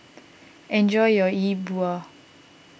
enjoy your Yi Bua